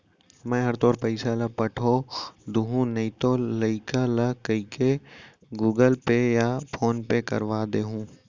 मैं हर तोर पइसा ल पठो दुहूँ नइतो लइका ल कइके गूगल पे या फोन पे करवा दे हूँ